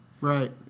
Right